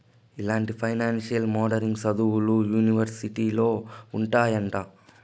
ఇలాంటి financial modelling సదువులు యూనివర్సిటీలో ఉంటాయంట